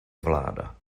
vláda